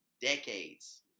Decades